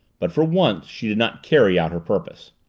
but for once she did not carry out her purpose.